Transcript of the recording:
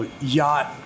yacht